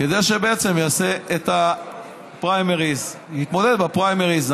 כדי שיעשה את הפריימריז, יתמודד בפריימריז.